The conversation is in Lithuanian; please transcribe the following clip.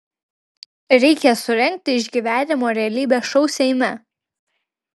reikia surengti išgyvenimo realybės šou seime